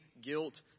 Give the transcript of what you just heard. guilt